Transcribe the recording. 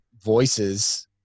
voices